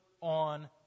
on